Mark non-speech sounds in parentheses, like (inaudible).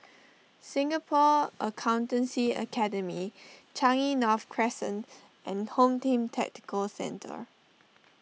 (noise) Singapore Accountancy Academy Changi North Crescent and Home Team Tactical Centre